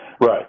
Right